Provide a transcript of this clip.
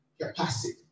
capacity